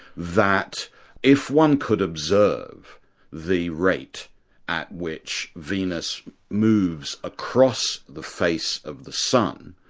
that if one could observe the rate at which venus moves across the face of the sun,